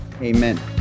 amen